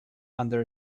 under